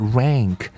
rank